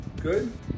Good